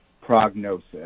prognosis